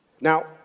Now